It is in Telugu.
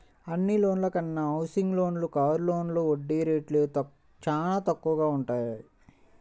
అన్ని లోన్ల కన్నా హౌసింగ్ లోన్లు, కారు లోన్లపైన వడ్డీ రేట్లు చానా తక్కువగా వుంటయ్యి